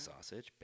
sausage